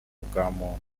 bw’umuntu